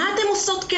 מה אתן עושות כן.